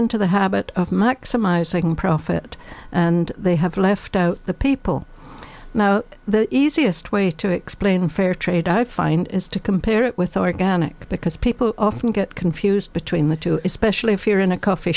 into the habit of much summarising profit and they have left out the people now the easiest way to explain fair trade i find is to compare it with organic because people often get confused between the two especially if you're in a coffee